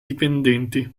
dipendenti